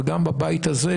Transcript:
וגם בבית הזה,